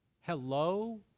Hello